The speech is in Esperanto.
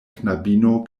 knabino